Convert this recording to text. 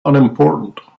unimportant